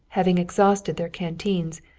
having exhausted their canteens,